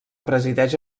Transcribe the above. presideix